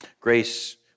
Grace